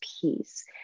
peace